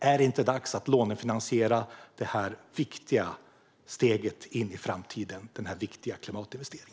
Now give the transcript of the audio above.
Är det inte dags att lånefinansiera detta viktiga steg in i framtiden, denna viktiga klimatinvestering?